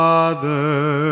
Father